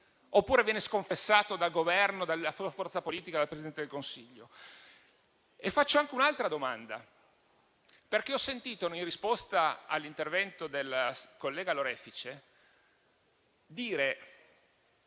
oppure viene sconfessato dal Governo, dalla sua forza politica, dalla Presidente del Consiglio? Faccio anche un'altra domanda, perché ho sentito, in risposta all'intervento del collega Lorefice, dire